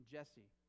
Jesse